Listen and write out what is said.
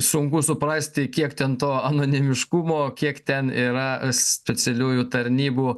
sunku suprasti kiek ten to anonimiškumo kiek ten yra specialiųjų tarnybų